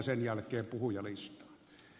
sen jälkeen puhujalistaan